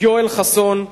יואל חסון,